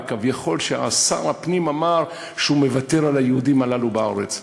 שכביכול שר הפנים מוותר על היהודים הללו בארץ.